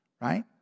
Right